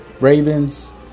Ravens